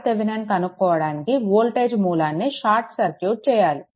RThevenin కనుక్కోవడానికి voltage మూలాన్ని short circuit చేయాలి